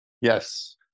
Yes